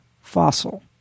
fossil